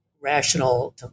rational